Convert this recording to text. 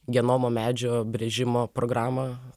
genomo medžio brėžimo programą